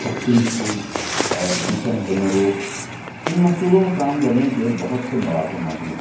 happy school اور mission بنورو ان منصوبوں میں کام کرنے کے بہت سے مواقع موجود ہیں